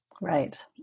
Right